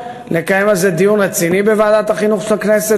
נקיים על זה דיון רציני בוועדת החינוך של הכנסת,